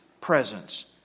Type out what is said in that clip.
presence